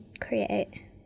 create